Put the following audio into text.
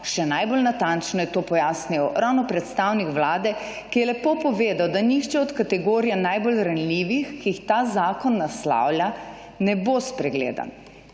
Še najbolj natančno je to pojasnil ravno predstavnik vlade, ki je lepo povedal, da nihče od kategorije najbolj ranljivih, ki jih ta zakon naslavlja, ne bo spregledan.